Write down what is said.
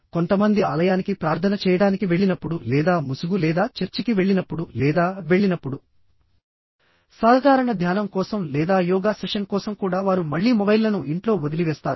కొంతమంది ఆలయానికి ప్రార్థన చేయడానికి వెళ్ళినప్పుడు లేదా ముసుగు లేదా చర్చికి వెళ్ళినప్పుడు లేదా వెళ్ళినప్పుడు సాధారణ ధ్యానం కోసం లేదా యోగా సెషన్ కోసం కూడా వారు మళ్లీ మొబైల్లను ఇంట్లో వదిలివేస్తారు